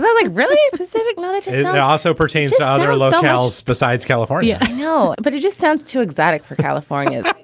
like really specific knowledge it yeah also pertains to other so else besides california i know, but it just sounds too exotic for california.